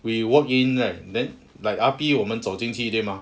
we walk in lah then like R_P 我们走进对吗